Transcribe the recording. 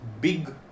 big